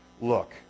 look